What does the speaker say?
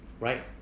right